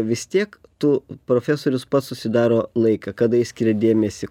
vis tiek tu profesorius pats susidaro laiką kada jis skiria dėmesį